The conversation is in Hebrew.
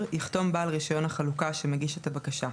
יחתום בעל רישיון החלוקה שמגיש את הבקשה.